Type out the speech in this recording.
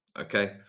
Okay